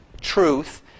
truth